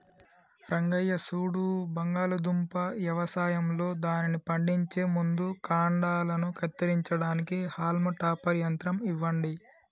రంగయ్య సూడు బంగాళాదుంప యవసాయంలో దానిని పండించే ముందు కాండలను కత్తిరించడానికి హాల్మ్ టాపర్ యంత్రం ఇవ్వండి